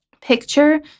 Picture